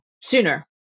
sooner